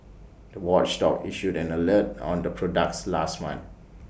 the watchdog issued an alert on the products last month